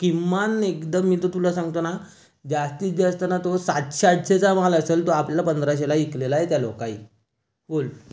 ते किमान एकदम मी तर तुला सांगतो ना जास्तीत जास्त ना तो सातशे आठशेचा माल असेल तो आपल्याला पंधराशेला विकलेला आहे त्या लोकांनी बोल